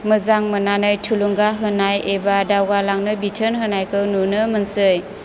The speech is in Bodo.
मोजां मोननानै थुलुंगा होनाय एबा दावगालांनो बिथोन होनायखौ नुनो मोनसै